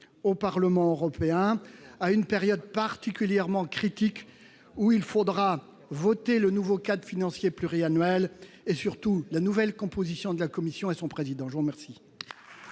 au Parlement européen, à une période particulièrement critique où il faudra voter sur le nouveau cadre financier pluriannuel et, surtout, décider de la nouvelle composition de la Commission et désigner